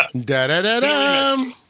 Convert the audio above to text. Da-da-da-da